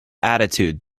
attitude